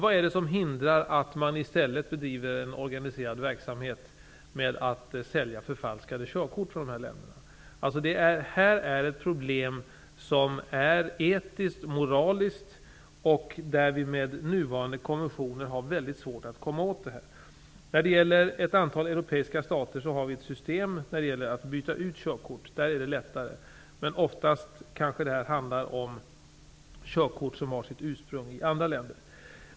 Vad är det då som hindrar att man i stället bedriver en organiserad verksamhet med att sälja förfalskade körkort från de berörda länderna? Här föreligger ett problem som är etiskt, moraliskt och som vi med nuvarande konventioner har väldigt svårt att komma åt. När det gäller ett antal europeiska stater, finns det ett system med att byta ut körkort, och i det fallet är det lättare. Men oftast handlar detta kanske om körkort som har sitt ursprung i andra länder.